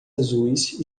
azuis